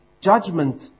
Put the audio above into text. judgment